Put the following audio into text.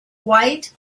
white